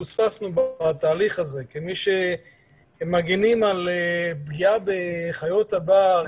שפוספסנו בתהליך הזה כמי שמגנים על פגיעה בחיות הבר,